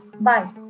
Bye